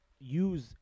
use